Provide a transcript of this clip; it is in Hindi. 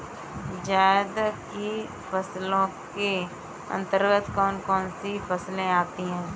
जायद की फसलों के अंतर्गत कौन कौन सी फसलें आती हैं?